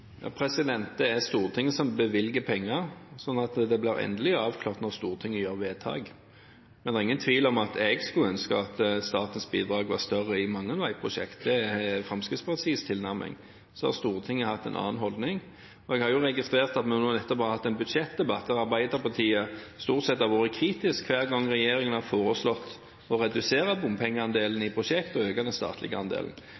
Det er Stortinget som bevilger penger, så det blir endelig avklart når Stortinget gjør vedtak. Men det er ingen tvil om at jeg skulle ønske at statens bidrag var større i mange veiprosjekter – det er Fremskrittspartiets tilnærming. Så har Stortinget hatt en annen holdning. Jeg har registrert at vi nå nettopp har hatt en budsjettdebatt der Arbeiderpartiet stort sett har vært kritisk hver gang regjeringen har foreslått å redusere bompengeandelen i prosjekter og øke den statlige andelen.